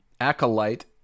acolyte